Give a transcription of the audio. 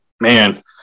man